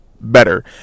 better